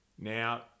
Now